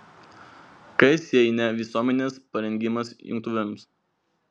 kas jei ne visuomenės parengimas jungtuvėms